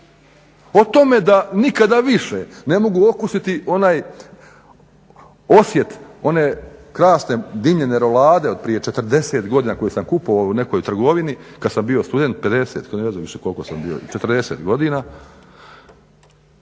O tome da nikada više ne mogu okusiti onaj osjet one krasne dimljene rolade od prije 40 godina koju sam kupovao u nekoj trgovini kada sam bio student, 50 ne znam više koliko sam bio 40 godina.